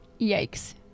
Yikes